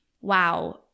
wow